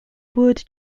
wood